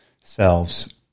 selves